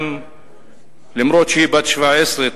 אף שהיא בת 17,